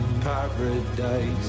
Paradise